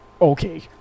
Okay